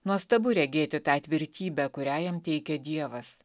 nuostabu regėti tą tvirtybę kurią jam teikia dievas